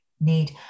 need